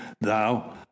thou